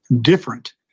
different